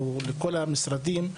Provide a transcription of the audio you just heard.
לכל המשרדים,